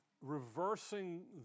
reversing